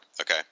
okay